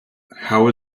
how